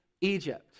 Egypt